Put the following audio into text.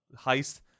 heist